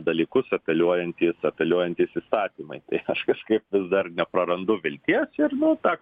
dalykus apeliuojantys apeliuojantys įstatymai tai aš kažkaip vis dar neprarandu vilties ir nu ta